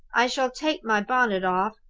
i shall take my bonnet off,